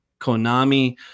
Konami